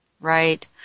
Right